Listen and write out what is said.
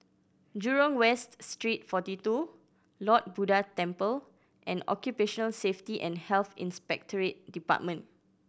Jurong West Street Forty Two Lord Buddha Temple and Occupational Safety and Health Inspectorate Department